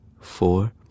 four